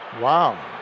Wow